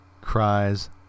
cries